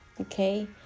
Okay